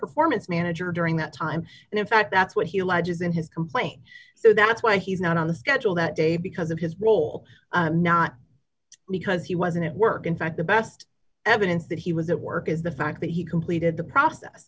performance manager during that time and in fact that's what he alleges in his complaint so that's why he's not on the schedule that day because of his role not because he wasn't at work in fact the best evidence that he was at work is the fact that he completed the process